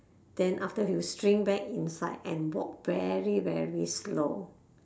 then after he will shrink back inside and walk very very slow